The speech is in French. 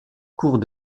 cours